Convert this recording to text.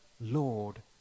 Lord